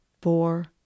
Four